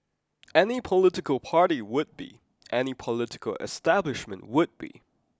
any political party would be any political establishment would be